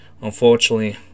Unfortunately